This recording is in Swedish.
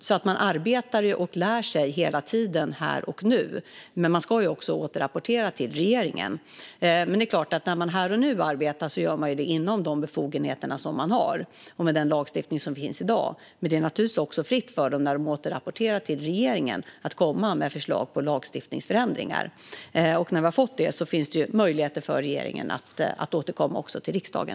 De arbetar och lär sig alltså hela tiden här och nu. De ska också återrapportera till regeringen. Men det är klart att när de nu arbetar gör de det utifrån de befogenheter de har och den lagstiftning som finns i dag. När de återrapporterar till regeringen är det naturligtvis fritt för dem att komma med förslag till lagstiftningsförändringar. När vi har fått dem finns det möjligheter för regeringen att återkomma till riksdagen.